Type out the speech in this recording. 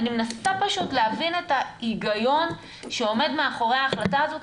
אני מנסה פשוט להבין את ההיגיון שעומד מאחורי ההחלטה הזו,